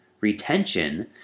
retention